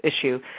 issue